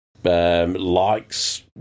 Likes